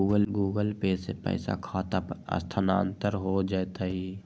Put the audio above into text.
Google Pay से पईसा खाता पर स्थानानंतर हो जतई?